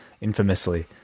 infamously